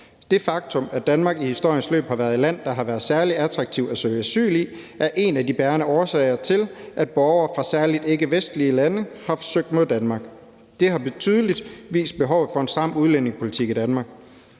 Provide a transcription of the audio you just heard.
Det faktum, at Danmark i historiens løb har været et land, der har været særlig attraktivt at søge asyl i, er en af de bærende årsager til, at borgere fra særlig ikkevestlige lande har søgt mod Danmark. Det har tydeligt vist behovet for en stram udlændingepolitik i Danmark.